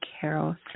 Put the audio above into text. Carol